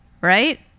right